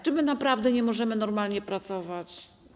Czy my naprawdę nie możemy normalnie pracować?